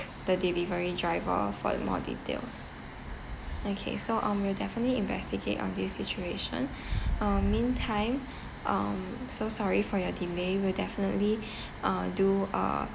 the delivery driver for more details okay so um we definitely investigate on this situation um meantime um so sorry for your delay we'll definitely uh do a